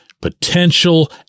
potential